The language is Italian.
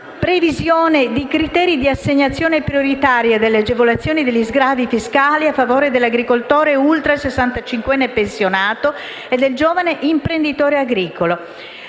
previsione di criteri di assegnazione prioritaria delle agevolazioni degli sgravi fiscali a favore dell'agricoltore ultrasessantacinquenne pensionato e del giovane imprenditore agricolo.